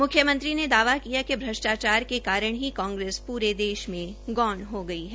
मुख्यमंत्री ने दावा किया कि भ्रष्टाचार के कारण कांग्रेस पूरी देश में गौण हो गई है